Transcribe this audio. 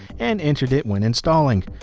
and entered it when installing.